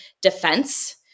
defense